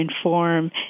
inform